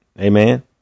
Amen